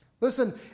Listen